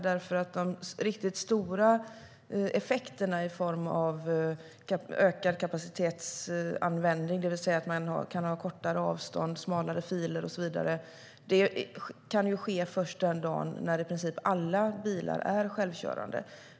De riktigt stora effekterna i form av ökad kapacitetsanvändning, det vill säga att man kan ha kortare avstånd, smalare filer och så vidare, kan komma först då i princip alla bilar är självkörande.